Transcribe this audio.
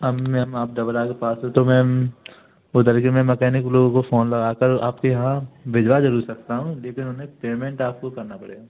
अब मैम आप डबरा के पास हो तो मैम उधर के मैं मकैनिक लोगों को फ़ोन लगाकर आपके यहाँ भिजवा ज़रूर सकता हूँ लेकिन उन्हें पेमेंट आपको करना पड़ेगा